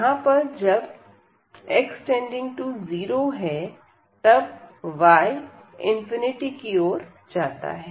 यहां पर जब x→0 जाता है तब y →∞ जाता है